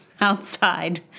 outside